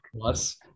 plus